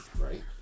Right